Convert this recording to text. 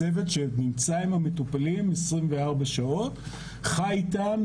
הצוות שנמצא עם המטופלים 24 שעות - חי איתם,